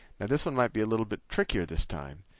now this one might be a little bit trickier this time.